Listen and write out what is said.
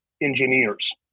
engineers